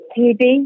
TV